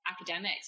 Academics